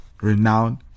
Renowned